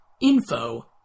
info